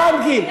הבנקים.